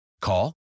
Call